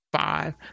five